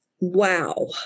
Wow